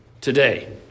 today